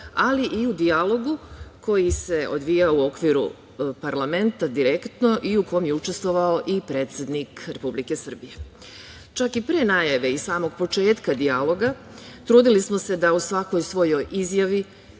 ali i u dijalogu koji se odvijao u okviru parlamenta direktno i u kome je učestvovao i predsednik Republike Srbije. Čak i pre najave i samog početka dijaloga, trudili smo se da u svakoj svojoj izjavi